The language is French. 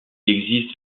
existe